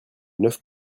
neuf